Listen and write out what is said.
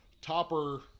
Topper